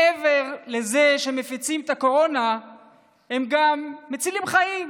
מעבר לזה שהם מפיצים את הקורונה הם גם מצילים חיים,